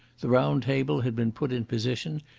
the round table had been put in position,